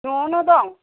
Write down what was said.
न'आवनो दं